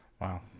wow